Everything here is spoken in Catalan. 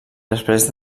després